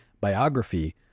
biography